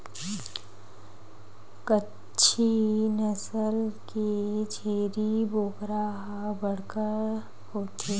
कच्छी नसल के छेरी बोकरा ह बड़का होथे